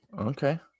Okay